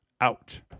out